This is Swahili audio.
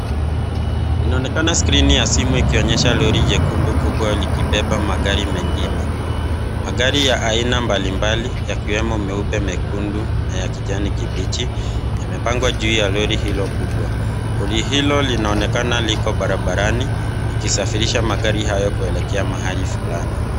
Inaonekana skrini ya simu ikionyesha lori jekundu kubwa likibeba magari mengine. Magari ya aina mbalimbali yakiwemo meupe, mekundu na ya kijani kibichi yamepangwa juu ya lori hilo kubwa. Lori hilo linaonekana liko barabarani ikisafirisha magari hayo kuelekea mahali fulani.